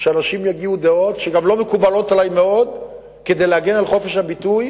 שאנשים יביעו דעות שגם לא מקובלות עלי מאוד כדי להגן על חופש הביטוי,